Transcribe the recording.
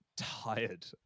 tired